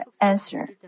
answer